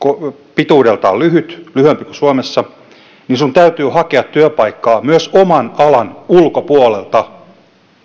pituudeltaan lyhyt lyhyempi kuin suomessa sinun täytyy hakea työpaikkaa myös oman alan ulkopuolelta